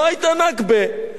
לא היתה נכבה,